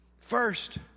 First